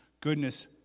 goodness